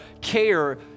care